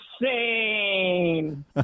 insane